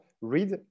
read